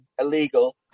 illegal